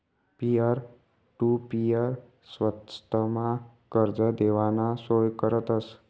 peer to peer स्वस्तमा कर्ज देवाना सोय करतस